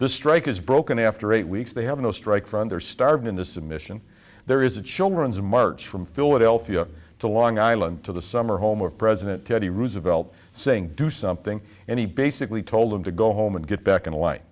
the strike is broken after eight weeks they have no strike from their starved into submission there is a children's march from philadelphia to long island to the summer home of president teddy roosevelt saying do something and he basically told him to go home and get back into li